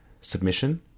submission